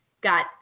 got